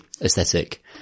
aesthetic